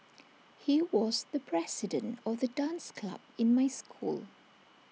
he was the president of the dance club in my school